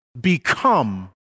Become